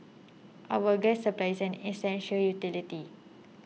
our gas supply is an essential utility